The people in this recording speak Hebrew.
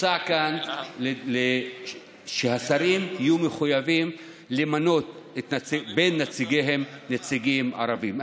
מוצע כאן שהשרים יהיו מחויבים למנות בין נציגיהם נציגים ערבים.